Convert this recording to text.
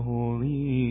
Holy